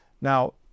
now